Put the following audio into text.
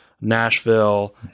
Nashville